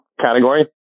category